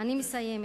מבטלים